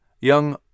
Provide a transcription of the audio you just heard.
Young